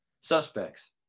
suspects